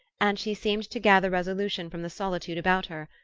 and she seemed to gather resolution from the solitude about her,